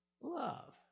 love